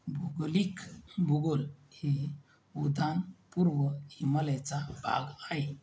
भौगोलिक भूगोल हे उद्यान पूर्व हिमालयाचा भाग आहे